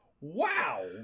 Wow